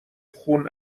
خون